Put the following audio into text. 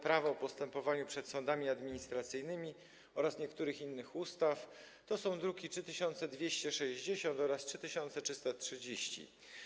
Prawo o postępowaniu przed sądami administracyjnymi oraz niektórych innych ustaw, druki nr 3260 oraz 3330.